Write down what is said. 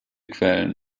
quellen